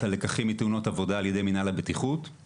לקחים מתאונות עבודה על ידי מינהל הבטיחות.